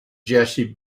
jessie